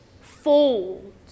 fold